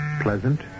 Pleasant